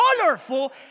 colorful